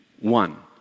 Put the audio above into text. one